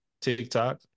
TikTok